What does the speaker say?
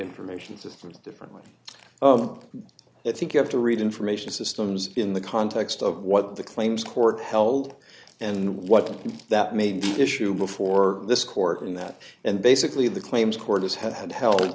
information systems differently i think you have to read information systems in the context of what the claims court held and what that made the issue before this court in that and basically the claims court has had held